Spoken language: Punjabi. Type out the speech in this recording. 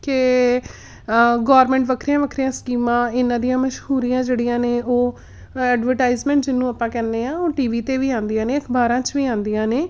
ਕਿ ਗੌਰਮੈਂਟ ਵੱਖਰੀਆਂ ਵੱਖਰੀਆਂ ਸਕੀਮਾਂ ਇਹਨਾਂ ਦੀਆਂ ਮਸ਼ਹੂਰੀਆਂ ਜਿਹੜੀਆਂ ਨੇ ਉਹ ਐਡਵਰਟਾਈਜਮੈਂਟ ਜਿਹਨੂੰ ਆਪਾਂ ਕਹਿੰਦੇ ਹਾਂ ਉਹ ਟੀ ਵੀ 'ਤੇ ਵੀ ਆਉਂਦੀਆਂ ਨੇ ਅਖ਼ਬਾਰਾਂ 'ਚ ਵੀ ਆਉਂਦੀਆਂ ਨੇ